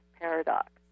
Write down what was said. paradox